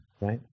right